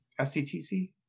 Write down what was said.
SCTC